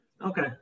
Okay